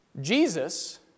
Jesus